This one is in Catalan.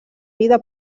vida